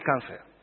cancer